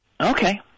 Okay